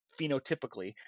phenotypically